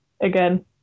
again